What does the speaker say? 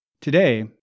Today